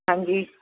ਹਾਂਜੀ